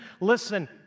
listen